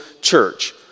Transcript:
church